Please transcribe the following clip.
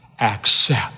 accept